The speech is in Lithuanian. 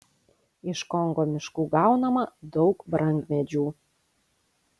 iš kongo miškų gaunama daug brangmedžių